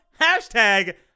Hashtag